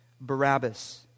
Barabbas